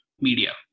media